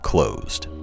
Closed